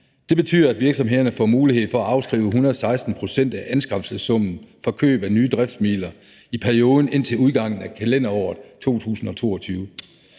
Det betyder, at virksomhederne får mulighed for at afskrive 116 pct. af anskaffelsessummen for køb af nye driftsmidler i perioden indtil udgangen af kalenderåret 2022.